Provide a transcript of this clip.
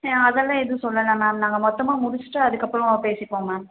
ஆ அதெல்லாம் எதுவும் சொல்லலை மேம் நாங்கள் மொத்தமாக முடிச்சிவிட்டு அதுக்கப்புறம் பேசிப்போம் மேம்